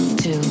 two